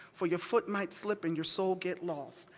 for your foot might slip and your soul get lost.